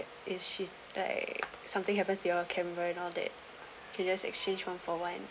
it like something happens to your camera and all that can just exchange one for one